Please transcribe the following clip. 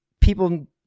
people